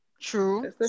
true